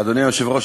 אדוני היושב-ראש,